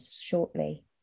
shortly